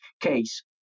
case